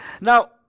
Now